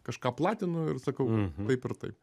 kažką platinu ir sakau taip ir taip